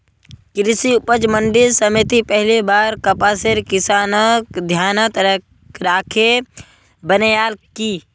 कृषि उपज मंडी समिति पहली बार कपासेर किसानक ध्यानत राखे बनैयाल की